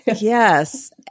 Yes